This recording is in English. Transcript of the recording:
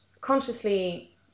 consciously